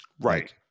Right